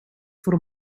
voor